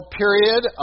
period